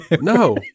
No